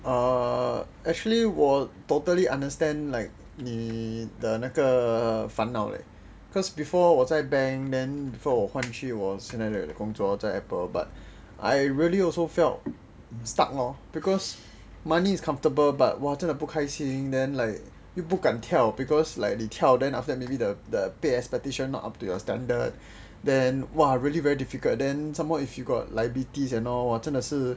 err actually 我 totally understand like 你的那个烦恼 leh cause before 我在 bank then before 我换去我现在的工作在 Apple but I really also felt stuck lor because money is comfortable but !wah! 真的不开心 then like 又不敢跳 because like 你跳 maybe the the pay expectation not up to your standard then !wah! really very difficult then some more if you got liabilities and all 哇真的是